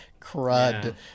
crud